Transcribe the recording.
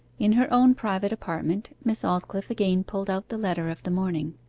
in her own private apartment miss aldclyffe again pulled out the letter of the morning.